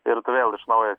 ir tu vėl iš naujo